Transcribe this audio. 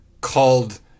called